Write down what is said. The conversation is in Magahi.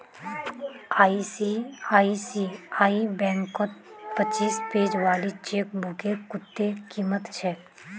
आई.सी.आई.सी.आई बैंकत पच्चीस पेज वाली चेकबुकेर कत्ते कीमत छेक